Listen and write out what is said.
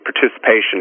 participation